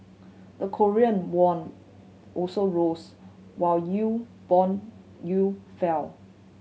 the Korean won also rose while you bond you fell